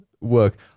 work